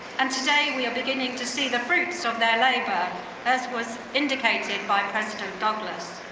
and today, we are beginning to see the fruits of their labor as was indicated by president douglas.